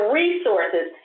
resources